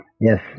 Yes